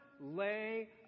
lay